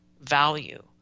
value